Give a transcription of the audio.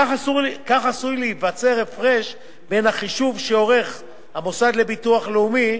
כך עשוי להיווצר הפרש בין החישוב שעורך המוסד לביטוח לאומי,